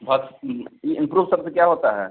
भास ये इम्प्रूव शब्द क्या होता है